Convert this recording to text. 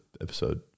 episode